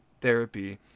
therapy